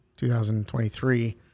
2023